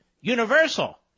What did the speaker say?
universal